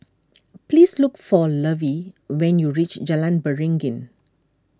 please look for Lovey when you reach Jalan Beringin